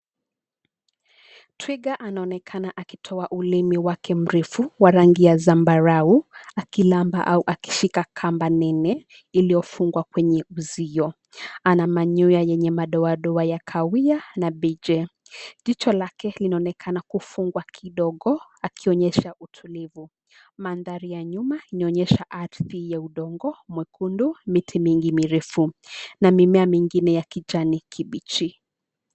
Twiga anaonekana akitoa ulimi wake mrefu wa rangi ya zambarau, akiramba au akishika kamba nene iliyofungwa kwenye uzio. Ana manyoya yenye madoadoa ya kahawia na beige . Jicho lake linaonekana kufungwa kidogo akionyesha utulivu. Mandhari ya nyuma inaonyesha ardhi ya udongo mwekundu, miti mingi mirefu na mimea mingine ya kijani kibichi.